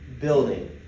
building